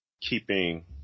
keeping